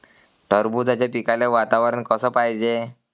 टरबूजाच्या पिकाले वातावरन कस पायजे?